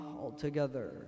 altogether